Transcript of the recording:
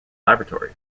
laboratory